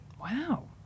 Wow